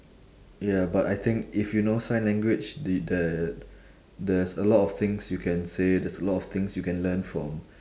ya but I think if you know sign language the ther~ there's a lot of things you can say there's a lot of things you can learn from